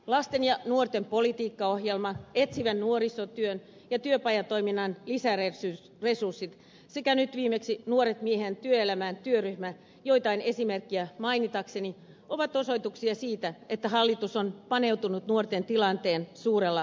lasten ja nuorten politiikkaohjelma etsivän nuorisotyön ja työpajatoiminnan lisäresurssit sekä nyt viimeksi nuoret miehet työelämään työryhmä joitain esimerkkejä mainitakseni ovat osoituksia siitä että hallitus on paneutunut nuorten tilanteeseen suurella vakavuudella